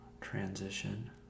transition